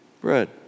bread